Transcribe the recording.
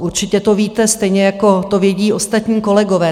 Určitě to víte, stejně jako to vědí ostatní kolegové.